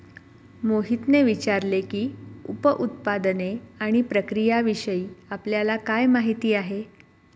मोहितने विचारले की, उप उत्पादने आणि प्रक्रियाविषयी आपल्याला काय माहिती आहे?